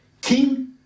King